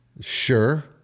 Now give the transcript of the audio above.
Sure